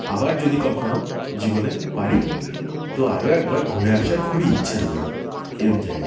আবার যদি কখনো জীবনে পারি তো আরও একবার ঘুরে আসার খুবই ইচ্ছা রইলো এরম জায়গায়